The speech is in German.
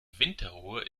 winterruhe